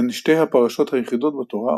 הן שתי הפרשות היחידות בתורה,